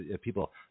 people